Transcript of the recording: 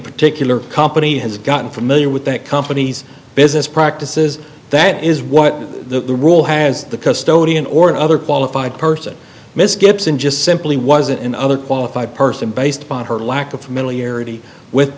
particular company has gotten familiar with that company's business practices that is what the rule has the custody and or other qualified person miss gibson just simply wasn't and other qualified person based upon her lack of familiarity with